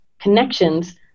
connections